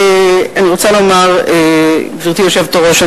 גברתי היושבת-ראש,